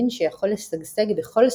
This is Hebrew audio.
מין שיכול לשגשג בכל סביבה,